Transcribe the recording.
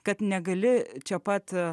kad negali čia pat